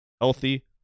healthy